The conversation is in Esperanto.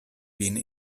vin